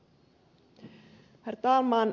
herr talman